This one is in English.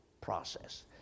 process